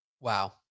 Wow